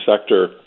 sector